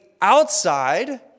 outside